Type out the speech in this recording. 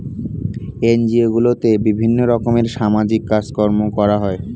NGO গুলোতে বিভিন্ন রকমের সামাজিক কাজকর্ম করা হয়